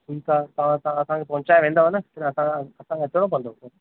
ठीकु आहे तव्हां तव्हां असांखे पहुचाए वेंदव न असां असांखे अचणो पवंदो